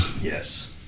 Yes